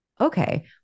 okay